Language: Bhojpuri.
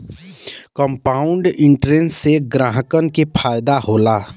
कंपाउंड इंटरेस्ट से ग्राहकन के फायदा होला